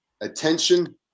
attention